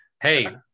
Hey